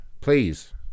Please